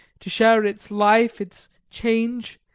to share its life, its change,